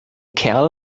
kerl